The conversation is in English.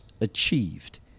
achieved